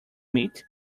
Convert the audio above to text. meat